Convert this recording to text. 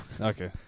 okay